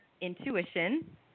intuition